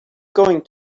going